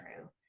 true